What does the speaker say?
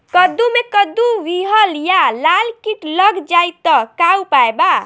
कद्दू मे कद्दू विहल या लाल कीट लग जाइ त का उपाय बा?